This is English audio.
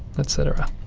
etc.